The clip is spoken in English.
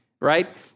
right